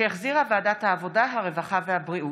שהחזירה ועדת העבודה, הרווחה והבריאות.